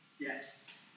yes